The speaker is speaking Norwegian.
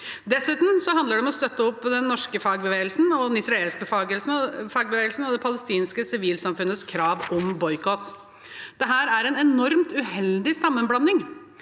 Dessuten handler det om å støtte opp om den norske fagbevegelsen, den israelske fagbevegelsen og det palestinske sivilsamfunnets krav om boikott. Dette er en enormt uheldig sammenblanding.